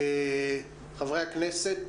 חברי הכנסת.